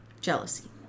jealousy